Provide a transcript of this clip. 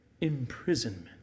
imprisonment